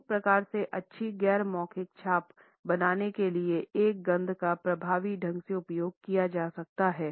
एक प्रकार से अच्छी गैर मौखिक छाप बनाने के लिए एक गंध का प्रभावी ढंग से उपयोग किया जा सकता है